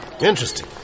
Interesting